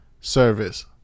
service